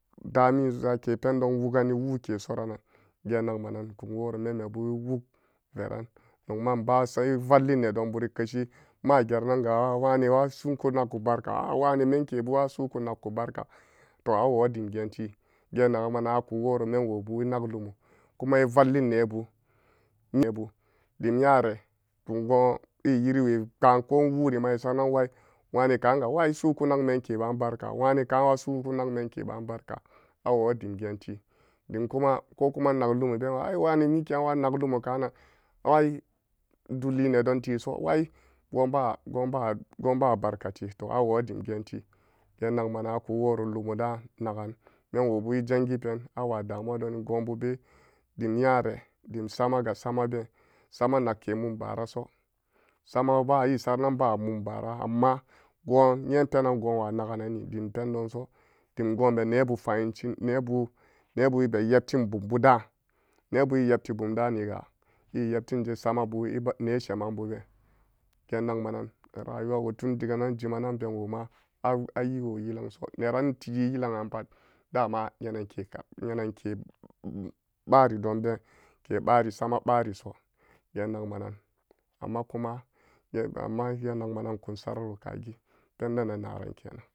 Dani zake pendon woogani wookesoran nan geen nagma nan kun woro memme bu eweuk veran nogma ebasa evolli nedon buri keshi maa gera nanga wanewa su'uku nakku barka ah'ah wane memke buwa su'uku nakku barka to awodim geenti geen nagan mana aku woro memwobu enak lumo kuma evallii weebu nebu dim nyare dim goon e-yiriwe kpaan ko enwurima esora nan wai wane ka'an ga wai su'uku nakmenke baan barka wane kagnwa su'uku nakmenke baan barka awodim geenti dimkuma kokuma enag lumobeewa ai wane mikeyanwa nay lumo kanan ai duli nedon teso wai goonba-gooonba, goonba barkate to awoo dim geenti geen nagma-nan aku woro lumodaan nagan menwobu ejangi pen awa damuwa doni goonbe dim nyare dim samaga sama been sama nakke mumbararo samaba, esarananba mumbara amma goon nyen penan goonwa nagananni dimpendonso dim goonbe nebu fahincin neebu, neebu ebe-yep tin bunbu da'an nebu nebu eyepti bumbu da'ani ga eyeptinje samabu eba-nesheman bubeen geen nagmanan rayuwawo tun diganan jimananben woma ayiwo yilang so neranyi yi-yilang pat dama nyenankeka nyenanke kpari donbeen ke kpari sama kpari so geen nagma nan amma kuma amma geen nagmanan ekun sararo kagi pendena naran kenan.